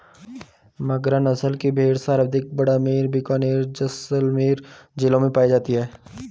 मगरा नस्ल की भेड़ सर्वाधिक बाड़मेर, बीकानेर, जैसलमेर जिलों में पाई जाती है